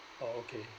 ah okay